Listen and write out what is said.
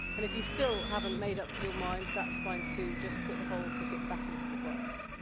and if you still haven't made up your minds, that's fine too. just put the whole ticket back into the box.